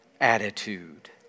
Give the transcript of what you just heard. attitude